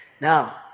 Now